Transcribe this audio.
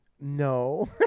No